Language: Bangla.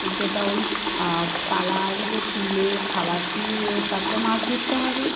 যেটা ওই পালাগুলো তুলে খাবার দিয়ে তারপরে মাছ ধরতে হবে